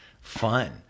fun